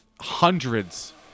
hundreds